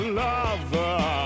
lover